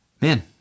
man